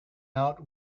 out